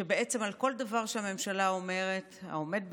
שבעצם על כל דבר שהממשלה אומרת, שהעומד בראשה,